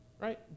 right